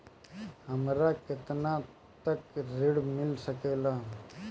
हमरा केतना तक ऋण मिल सके ला?